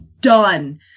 done